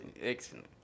excellent